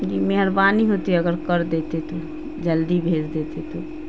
کی مہربانی ہوتی اگر کر دیتے تو جلدی بھیج دیتے تو